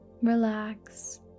Relax